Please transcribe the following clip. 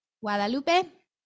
Guadalupe